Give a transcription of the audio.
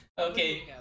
Okay